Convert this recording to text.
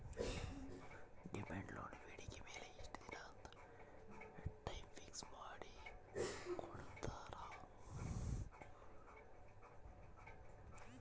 demand loan ಬೇಡಿಕೆ ಮೇಲೆ ಇಷ್ಟ ದಿನ ಅಂತ ಟೈಮ್ ಫಿಕ್ಸ್ ಮಾಡಿ ಕೋಟ್ಟಿರ್ತಾರಾ